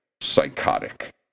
psychotic